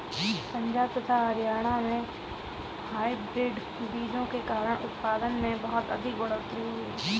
पंजाब तथा हरियाणा में हाइब्रिड बीजों के कारण उत्पादन में बहुत अधिक बढ़ोतरी हुई